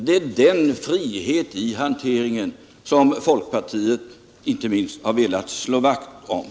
Det är den friheten i hanteringen som inte minst folkpartiet har velat slå vakt om.